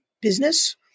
business